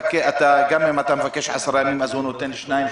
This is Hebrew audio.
גם אם אתה מבקש 10 ימים אז הוא נותן שניים,